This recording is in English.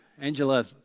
Angela